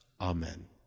Amen